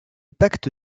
pacte